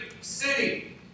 city